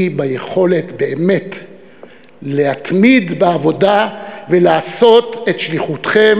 היא ביכולת להתמיד בעבודה ולעשות את שליחותכם